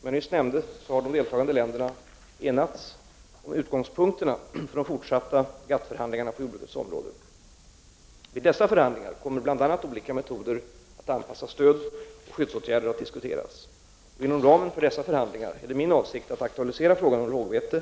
Som jag nyss nämnde har de deltagande länderna enats om utgångspunkterna för de fortsatta GATT-förhandlingarna på jordbrukets område. Vid dessa förhandlingar kommer bl.a. olika metoder att anpassa stöd och skyddsåtgärder att diskuteras. Inom ramen för dessa förhandlingar är det min avsikt att aktualisera frågan om rågvete,